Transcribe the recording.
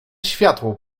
światło